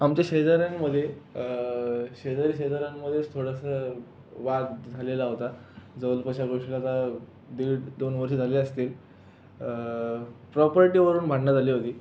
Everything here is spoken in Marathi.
आमच्या शेजाऱ्यांमध्ये शेजारी शेजाऱ्यांमध्येच थोडंसं वाद झालेला होता जवळपास ह्या गोष्टीला आता दीड दोन वर्षे झाली असतील प्रॉपर्टीवरून भांडणं झाली होती